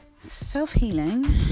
Self-healing